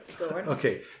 Okay